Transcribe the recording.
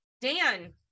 Dan